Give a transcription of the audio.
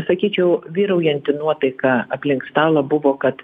sakyčiau vyraujanti nuotaika aplink stalą buvo kad